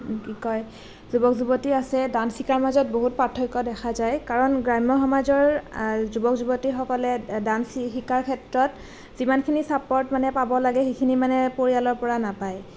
কি কয় যুৱক যুৱতী আছে ডাঞ্চ শিকাৰ মাজত বহুত পাৰ্থক্য দেখা যায় কাৰণ গ্ৰাম্য সমাজৰ যুৱক যুৱতীসকলে ডাঞ্চ শিকাৰ ক্ষেত্ৰত যিমানখিনি চাপৰ্ট মানে পাব লাগে সেইখিনি মানে পৰিয়ালৰ পৰা নাপায়